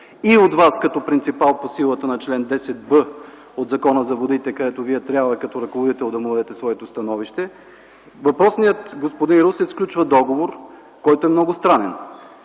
и от Вас като принципал по силата на чл. 10б от Закона за водите, където Вие трябва като ръководител да му дадете своето становище. Въпросният господин Русев сключва договор, който е много странен.